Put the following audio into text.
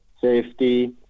safety